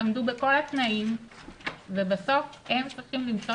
עמדו בכל התנאים ובסוף הם צריכים למצוא